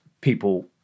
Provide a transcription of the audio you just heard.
people